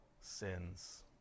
sins